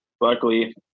luckily